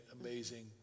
amazing